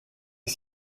est